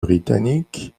britanniques